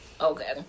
okay